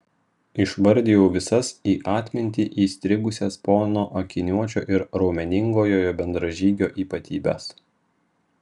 išvardijau visas į atmintį įstrigusias pono akiniuočio ir raumeningojo jo bendražygio ypatybes